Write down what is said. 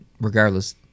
regardless